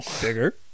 Bigger